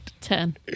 Ten